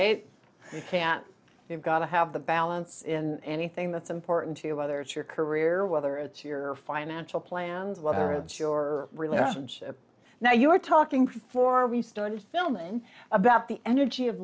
balance you've got to have the balance in anything that's important to you whether it's your career whether it's your financial plans whether it's your relationship now you were talking for we started filming about the energy of